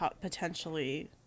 potentially